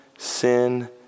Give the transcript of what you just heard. Sin